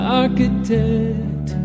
architect